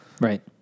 Right